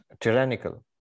tyrannical